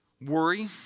worry